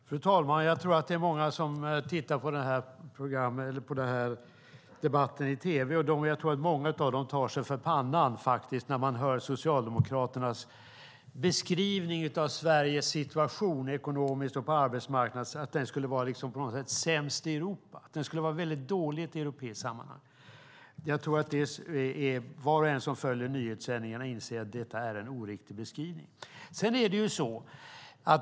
Fru talman! Jag tror att det är många som tittar på den här debatten på tv, och jag tror att många av dem tar sig för pannan när de hör Socialdemokraternas beskrivning av Sveriges situation ekonomiskt och på arbetsmarknaden, att den på något sätt skulle vara sämst i Europa, att den skulle vara mycket dålig i ett europeiskt sammanhang. Var och en som följer nyhetssändningarna inser att det är en oriktig beskrivning.